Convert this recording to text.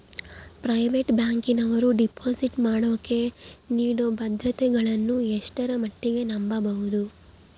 Private ಬ್ಯಾಂಕಿನವರು deposit ಮಾಡೋಕೆ ನೇಡೋ ಭದ್ರತೆಗಳನ್ನು ಎಷ್ಟರ ಮಟ್ಟಿಗೆ ನಂಬಬಹುದು?